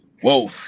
Whoa